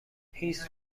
هیس